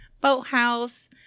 boathouse